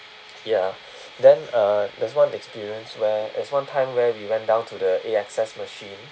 ya then uh there's one experience where is one time where we went down to the A_S_X machine